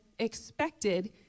expected